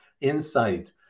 insight